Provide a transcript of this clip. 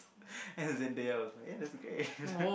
and then Zendaya was like ya that's okay